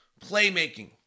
playmaking